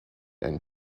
and